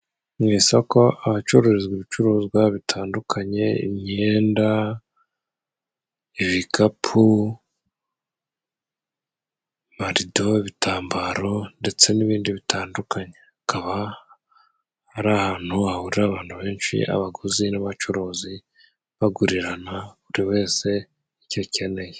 Mu isoko ahacururizwa ibicuruzwa bitandukanye: imyenda, ibikapu, amarido, ibitambaro, ndetse n'ibindi bitandukanye. Hakaba ari ahantu hahurira abantu benshi, abaguzi n'abacuruzi bagurirana buri wese icyo akeneye.